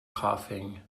coughing